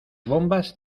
bombas